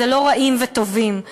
זה לא רעים וטובים,